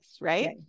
Right